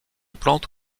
plante